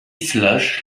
slush